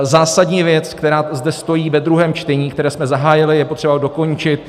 Je to zásadní věc, která zde stojí ve druhém čtení, které jsme zahájili, je potřeba ho dokončit.